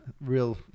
real –